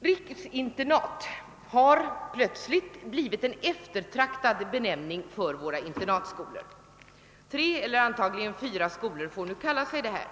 Riksinternat har plötsligt blivit en eftertraktad benämning för våra internatskolor. Tre eller antagligen fyra skolor får nu kalla sig riksinternat.